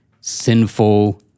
sinful